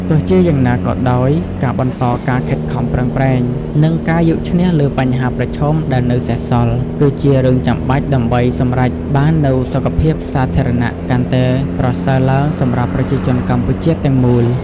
ទោះជាយ៉ាងណាក៏ដោយ ការបន្តការខិតខំប្រឹងប្រែង និងការយកឈ្នះលើបញ្ហាប្រឈមដែលនៅសេសសល់ គឺជារឿងចាំបាច់ដើម្បីសម្រេចបាននូវសុខភាពសាធារណៈកាន់តែប្រសើរឡើងសម្រាប់ប្រជាជនកម្ពុជាទាំងមូល។